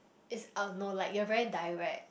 is uh no like you are very direct